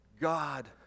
God